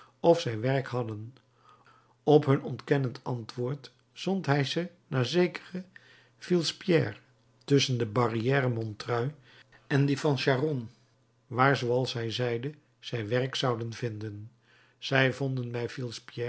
of zij werk hadden op hun ontkennend antwoord zond hij ze naar zekeren filspierre tusschen de barrière montreuil en die van charonne waar zooals hij zeide zij werk zouden vinden zij vonden